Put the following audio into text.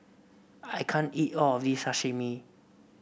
I can't eat all of this Sashimi